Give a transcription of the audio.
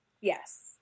Yes